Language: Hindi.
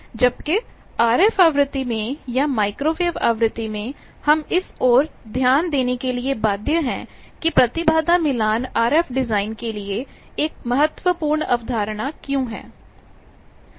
जबकि RF आवृति में या माइक्रोवेव आवृत्ति में हम इस ओर ध्यान देने के लिए बाध्य हैं कि प्रतिबाधा मिलान आरएफ डिजाइन के लिए एक महत्वपूर्ण अवधारणा क्यों है